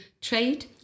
trade